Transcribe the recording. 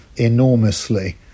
enormously